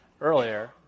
earlier